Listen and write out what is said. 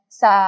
sa